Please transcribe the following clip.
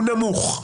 הוא נמוך.